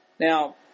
Now